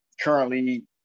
currently